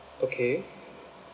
okay